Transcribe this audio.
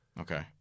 Okay